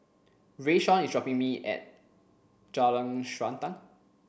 Rayshawn is dropping me at Jalan Srantan